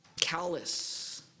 callous